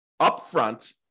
upfront